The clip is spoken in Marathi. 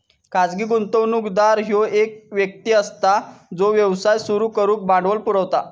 खाजगी गुंतवणूकदार ह्यो एक व्यक्ती असता जो व्यवसाय सुरू करुक भांडवल पुरवता